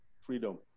freedom